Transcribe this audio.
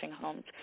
homes